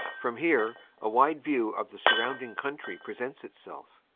from here a wide view of the surrounding country presents itself.